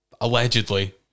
Allegedly